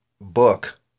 book